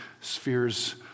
spheres